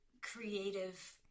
creative